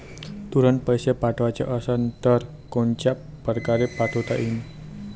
तुरंत पैसे पाठवाचे असन तर कोनच्या परकारे पाठोता येईन?